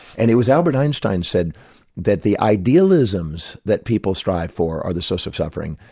and it was albert einstein said that the idealisms that people strive for are the source of suffering,